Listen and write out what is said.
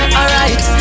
Alright